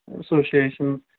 associations